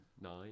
Nine